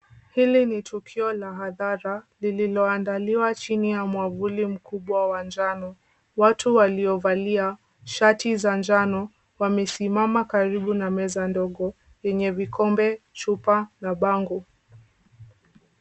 Hili ni tukio la hadhara, lililoandaliwa chini ya mwavuli mkubwa wa njano. Watu waliovalia, shati za manjano wamesimama karibu na meza ndogo yenye vikombe, chupa na bango.